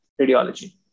radiology